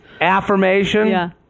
affirmation